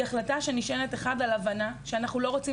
היא החלטה שנשענת על הבנה שאנחנו לא רוצים